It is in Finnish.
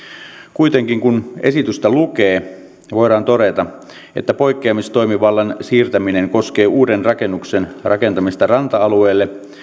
kuitenkin kun esitystä lukee voidaan todeta että poikkeamistoimivallan siirtäminen koskee uuden rakennuksen rakentamista ranta alueelle